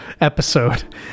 episode